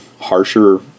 harsher